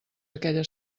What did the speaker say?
aquella